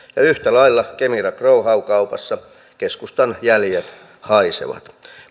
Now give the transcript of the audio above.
yhtä lailla kemira growhow kaupassa keskustan jäljet haisevat